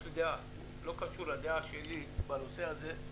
יש לי דעה, לא קשור הדעה שלי בנושא הזה,